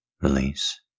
Release